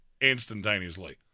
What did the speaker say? instantaneously